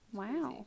wow